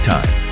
Time